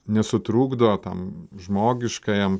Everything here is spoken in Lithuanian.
nesutrukdo tam žmogiškajam